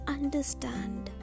Understand